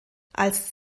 als